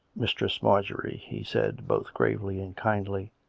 mistress marjorie, he said both gravely and kindly.